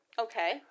Okay